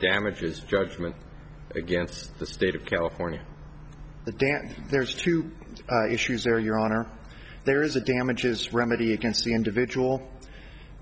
damages judgment against the state of california dan there's two issues there your honor there is a damages remedy against the individual